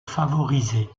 favoriser